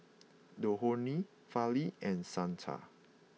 Dhoni Fali and Santha